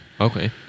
okay